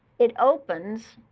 it opens.